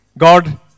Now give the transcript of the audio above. God